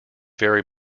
very